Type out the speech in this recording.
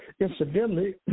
incidentally